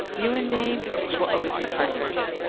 you and me will always be partners.